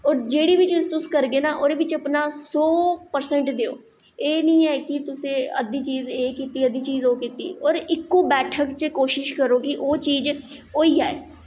होर जेह्ड़ी बी चीज़ तुस करगे ना ओह्दे बिच्च अपना सौ परसेंट देओ एह् निं ऐ कि तुसें अद्धी चीज एह् कीती अद्धी चीज ओह् कीती होर इक्कै बैठक च कोशिश करो कि ओह् चीज होई जाए